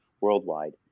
worldwide